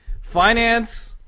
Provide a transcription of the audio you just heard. finance